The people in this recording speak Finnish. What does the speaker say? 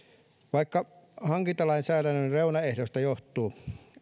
vaikka hankintalainsäädännön reunaehdoista johtuu